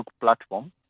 platform